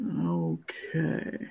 Okay